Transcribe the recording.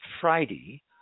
Friday